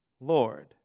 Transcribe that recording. Lord